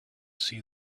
see